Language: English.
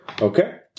Okay